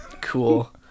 Cool